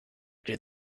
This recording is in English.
did